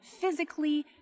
physically